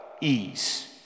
ease